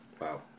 Wow